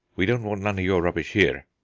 we don't want none of your rubbish here.